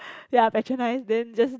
ya patronize then just